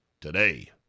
today